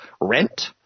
rent